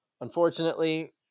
Unfortunately